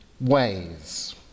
ways